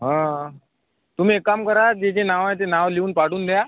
हां तुम्ही एक काम करा जे जे नावं आहे ते नाव लिहून पाठवून द्या